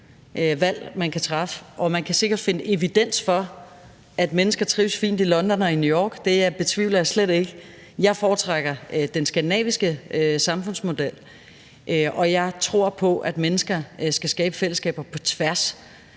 valg, man kan træffe, og man kan sikkert finde evidens for, at mennesker trives fint i London og New York. Det betvivler jeg slet ikke. Jeg foretrækker den skandinaviske samfundsmodel, og jeg tror på, at mennesker skal skabe fællesskaber på tværs